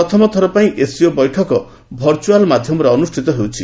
ପ୍ରଥମଥର ପାଇଁ ଏସ୍ସିଓ ବୈଠକ ଭର୍ଚ୍ଚଆଲ ମାଧ୍ୟମରେ ଅନୁଷ୍ଠିତ ହେଉଛି